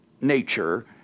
nature